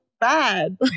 bad